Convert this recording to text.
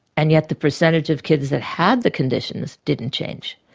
and yet the percentage of kids that had the conditions didn't change.